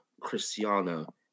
Cristiano